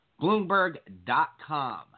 Bloomberg.com